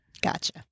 Gotcha